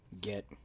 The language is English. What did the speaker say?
get